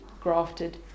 grafted